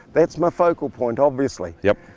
that's my focal point, obviously. yep.